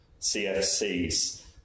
CFCs